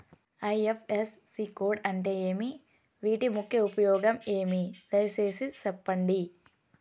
IFSC code అంటే ఏమి? వీటి ముఖ్య ఉపయోగం ఏమి? దయసేసి సెప్పండి?